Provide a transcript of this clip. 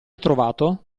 trovato